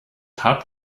hart